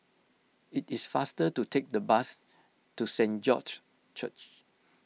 it is faster to take the bus to Saint George Church